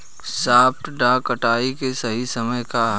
सॉफ्ट डॉ कटाई के सही समय का ह?